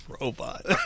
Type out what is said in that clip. Robot